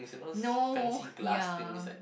no ya